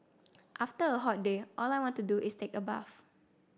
after a hot day all I want to do is take a bath